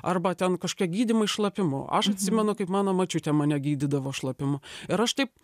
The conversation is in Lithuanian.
arba ten kažkokia gydymai šlapimu aš atsimenu kaip mano močiutė mane gydydavo šlapimu ir aš taip